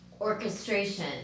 orchestration